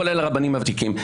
כולל רבנים ותיקים.